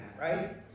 right